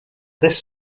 this